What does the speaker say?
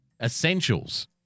essentials